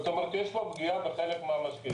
זאת אומרת יש פה פגיעה בחלק מהמשקיעים,